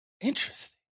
Interesting